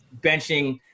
benching